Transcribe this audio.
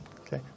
Okay